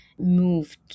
moved